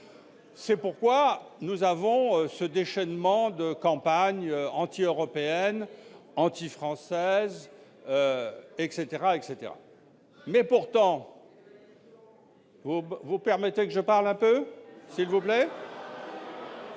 C'est pourquoi nous avons ce déchaînement de campagne anti-européenne, anti-française. Posez votre question ! Vous permettez que je parle un peu, s'il vous plaît ?